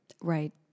right